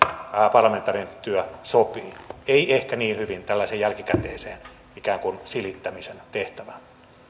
parlamentaarinen työ sopii ei ehkä niin hyvin tällaiseen jälkikäteiseen ikään kuin silittämisen tehtävään